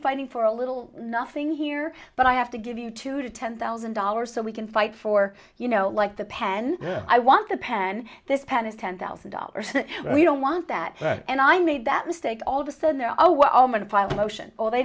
fighting for a little nothing here but i have to give you two to ten thousand dollars so we can fight for you know like the pen i want to pen this pen is ten thousand dollars we don't want that and i made that mistake all